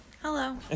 Hello